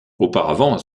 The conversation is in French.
auparavant